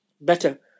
better